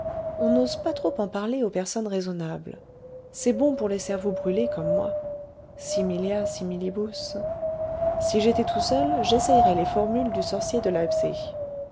on n'ose pas trop en parler aux personnes raisonnables c'est bon pour les cerveaux brûlés comme moi similia similibus si j'étais tout seul j'essayerais les formules du sorcier de